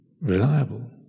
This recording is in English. reliable